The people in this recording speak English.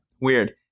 weird